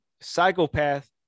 psychopath